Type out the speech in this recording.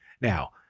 Now